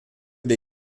der